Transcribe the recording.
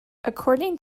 according